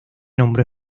nombró